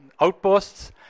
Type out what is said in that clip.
outposts